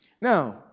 Now